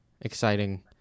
exciting